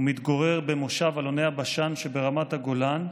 ומתגורר במושב אלוני הבשן שברמת הגולן.